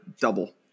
double